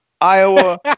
Iowa